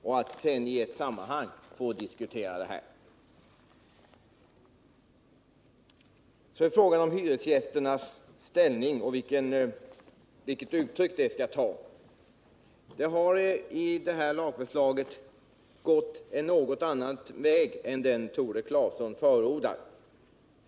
Sedan kan vi i ett sammanhang diskutera detta. Vi har diskuterat frågan om hyresgästernas inflytande och hur detta skall komma till uttryck. Man har i föreliggande lagförslag gått en något annan väg än den Tore Claeson förordar.